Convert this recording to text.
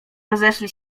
rozeszli